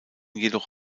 jedoch